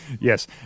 Yes